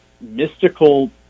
mystical